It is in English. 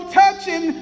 touching